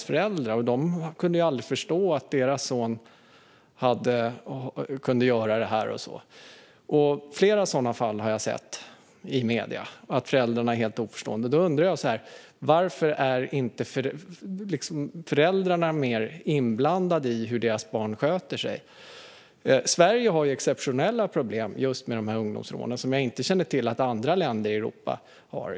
Föräldrarna kunde aldrig förstå att deras söner kunde göra så. Jag har sett flera sådana fall i medierna där föräldrarna har uttalat att de är helt oförstående. Varför är inte föräldrarna mer inblandade i hur deras barn sköter sig? Sverige har exceptionella problem med dessa ungdomsrån, som jag inte känner till att andra länder i Europa har.